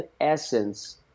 essence